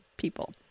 people